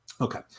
Okay